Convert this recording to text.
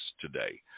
today